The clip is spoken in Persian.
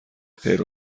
خیر